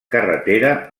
carretera